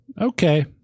okay